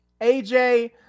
AJ